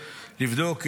לבדוק,